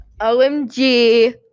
OMG